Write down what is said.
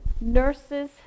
nurses